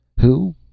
Who